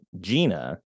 Gina